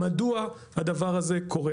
מדוע הדבר הזה קורה?